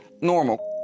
normal